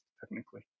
technically